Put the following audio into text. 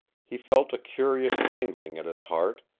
he felt a curious tingling at his heart,